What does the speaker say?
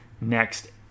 next